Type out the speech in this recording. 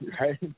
right